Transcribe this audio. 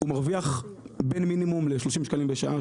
הוא מרוויח בין מינימום ל-30 שקלים לשעה,